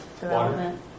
development